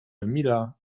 emila